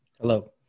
Hello